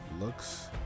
looks